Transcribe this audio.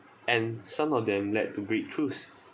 and some of them lead to breakthroughs